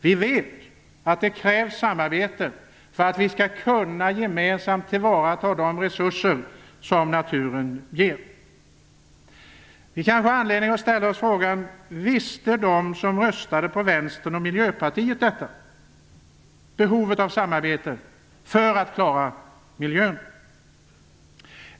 Vi vet att det krävs samarbete för att vi gemensamt skall kunna tillvarata de resurser som naturen ger. Vi kanske har anledning att ställa oss frågan: Kände de som röstade på Vänstern och Miljöpartiet till behovet av samarbete för att klara miljön?